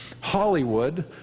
Hollywood